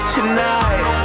Tonight